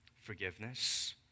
forgiveness